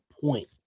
point